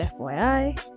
FYI